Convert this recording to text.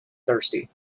thirsty